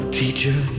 teacher